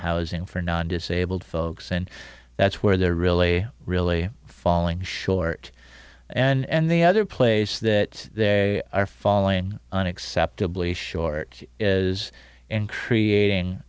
housing for non disabled folks and that's where they're really really falling short and the other place that they are falling unacceptably short is in creating